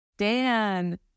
Dan